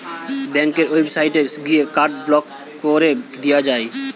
ব্যাংকের ওয়েবসাইটে গিয়ে কার্ড ব্লক কোরে দিয়া যায়